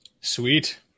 Sweet